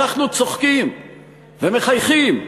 אנחנו צוחקים ומחייכים,